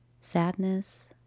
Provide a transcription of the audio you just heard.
Sadness